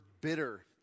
bitter